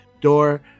door